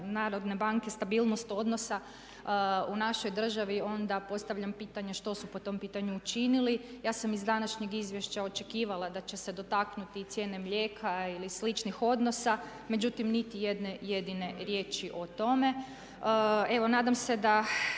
Narodne banke stabilnost odnosa u našoj državi onda postavljam pitanje što su po tom pitanju učinili. Ja sam iz današnjeg izvješća očekivala da će se dotaknuti i cijene mlijeka ili sličnih odnosa međutim nitijedne jedine riječi o tome. Evo nadam se da